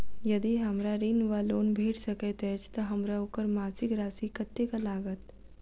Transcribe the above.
यदि हमरा ऋण वा लोन भेट सकैत अछि तऽ हमरा ओकर मासिक राशि कत्तेक लागत?